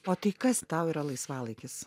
o tai kas tau yra laisvalaikis